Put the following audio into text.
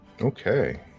Okay